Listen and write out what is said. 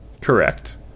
Correct